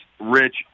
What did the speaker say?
Rich